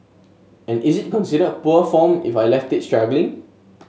and is it considered poor form if I left it struggling